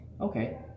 Okay